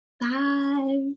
bye